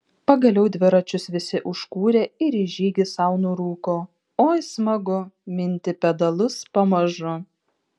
pagaliau dviračius visi užkūrė ir į žygį sau nurūko oi smagu minti pedalus pamažu